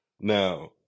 Now